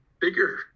bigger